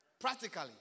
practically